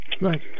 Right